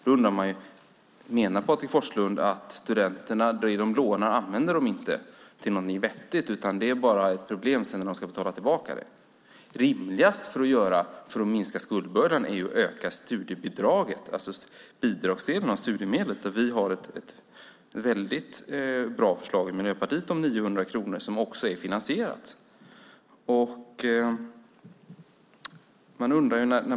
Då undrar man om Patrik Forslund menar att studenterna inte använder det de lånar till något vettigt, utan det är bara ett problem sedan när de ska betala tillbaka det. Rimligast för att minska skuldbördan är att öka studiebidraget, alltså bidragsdelen av studiemedlet. Vi har ett väldigt bra förslag i Miljöpartiet om 900 kronor, som också är finansierat.